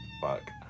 Fuck